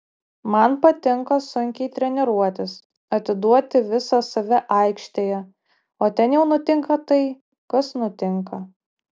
man patinka sunkiai treniruotis atiduoti visą save aikštėje o ten jau nutinka tai kas nutinka